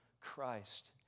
Christ